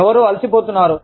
ఎవరో అలసిపోతున్నారు